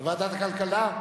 ועדת הכלכלה?